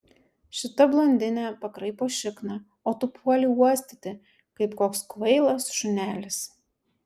šita blondinė pakraipo šikną o tu puoli uostyti kaip koks kvailas šunelis